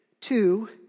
Two